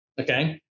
Okay